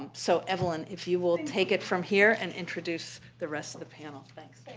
um so evelyn, if you will take it from here and introduce the rest of the panel, thanks.